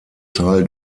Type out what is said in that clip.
teil